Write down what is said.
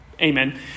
Amen